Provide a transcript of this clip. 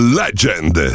legend